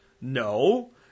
No